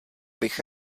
bych